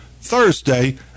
Thursday